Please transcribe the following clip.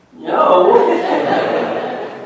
no